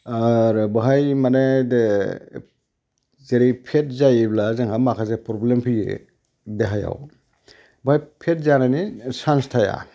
आरो बेवहाय माने जेरै फेट जायोब्ला जोंहा माखासे प्र'ब्लेम फैयो देहायाव बा फेट जानायनि सान्स थाया